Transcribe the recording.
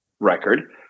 Record